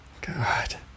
God